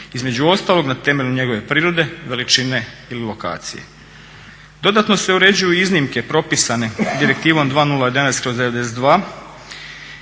između ostalog na temelju njegove prirode, veličine ili lokacije. Dodatno se uređuju iznimke propisane Direktivom 2011/92